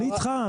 אני איתך.